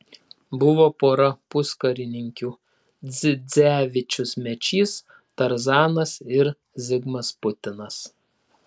buvo pora puskarininkių dzidzevičius mečys tarzanas ir zigmas putinas